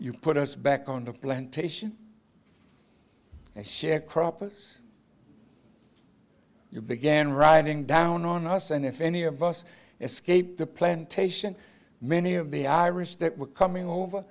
you put us back on the plantation sharecroppers you began writing down on us and if any of us escaped the plantation many of the irish that were coming over